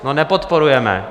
No nepodporujeme.